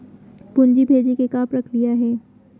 पूंजी भेजे के का प्रक्रिया हे?